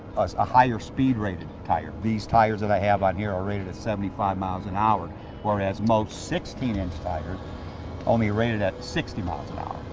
a higher speed-rated tire. these tires that i have on here are rated at seventy five mph, whereas most sixteen inch tires only rated at sixty mph.